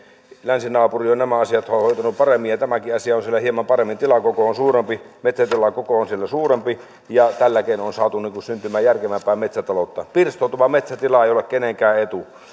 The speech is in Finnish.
länsinaapuri on nämä asiat hoitanut paremmin ja tämäkin asia on siellä hieman paremmin tilakoko metsätilakoko on siellä suurempi ja tällä keinolla on saatu syntymään järkevämpää metsätaloutta pirstoutuva metsätila ei ole kenenkään etu